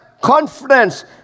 confidence